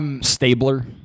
Stabler